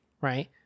right